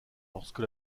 lorsque